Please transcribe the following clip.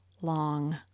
long